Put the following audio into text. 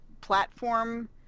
platform